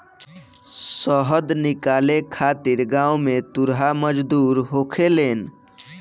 शहद निकाले खातिर गांव में तुरहा मजदूर होखेलेन